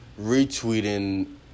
retweeting